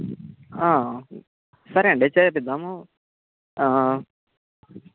సరే అండి చేర్పిద్దాము